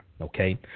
okay